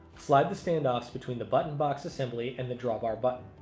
slide the standoffs between the button box assembly, and the drawbar button.